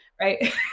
right